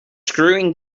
screwing